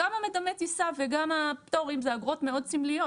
גם מדמה הטיסה וגם הפטורים זה אגרות מאוד סמליות.